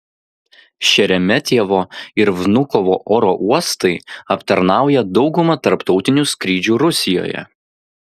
šeremetjevo ir vnukovo oro uostai aptarnauja daugumą tarptautinių skrydžių rusijoje